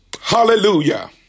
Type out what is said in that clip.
Hallelujah